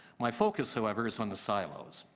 my focus, however, is on the si los.